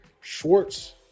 schwartz